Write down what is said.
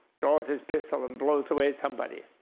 draws his pistol. and blows away somebody.